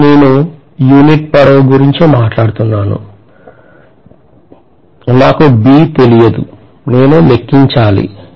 ఇక్కడ నేను యూనిట్ పొడవు గురించి మాట్లాడుతున్నాను నాకు B తెలియదు నేను లెక్కించాలి